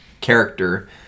character